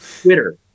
Twitter